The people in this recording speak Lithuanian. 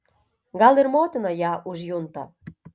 gal ir motina ją užjunta